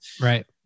Right